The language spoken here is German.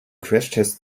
crashtest